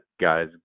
guys